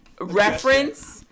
reference